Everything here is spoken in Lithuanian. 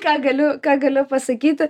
ką galiu ką galiu pasakyti